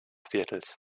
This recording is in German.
viertels